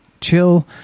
chill